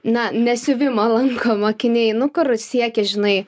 na ne siuvimą lanko mokiniai nu kur siekia žinai